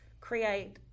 create